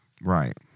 Right